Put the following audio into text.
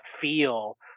feel